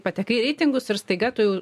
patekai į reitingus ir staiga tu